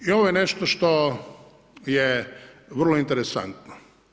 I ovo je nešto što je vrlo interesantno.